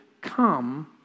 come